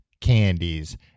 candies